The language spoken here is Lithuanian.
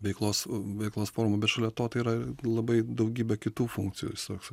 veiklos veiklos formų bet šalia to tai yra labai daugybė kitų funkcijų jis toks